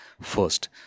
First